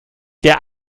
der